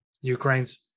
Ukraine's